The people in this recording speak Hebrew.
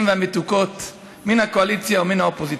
והמתוקות מן הקואליציה ומן האופוזיציה.